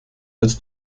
als